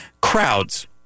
Crowds